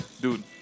dude